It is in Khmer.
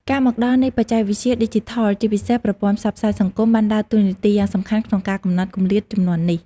ការមកដល់នៃបច្ចេកវិទ្យាឌីជីថលជាពិសេសប្រព័ន្ធផ្សព្វផ្សាយសង្គមបានដើរតួនាទីយ៉ាងសំខាន់ក្នុងការកំណត់គម្លាតជំនាន់នេះ។